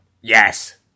Yes